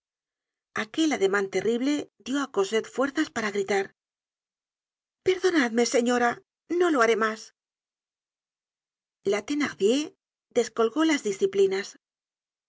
aquel ademan terrible dió á cosette fuerzas para gritar perdonadme señora no lo haré mas la thenardier descolgó las disciplinas